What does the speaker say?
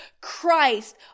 Christ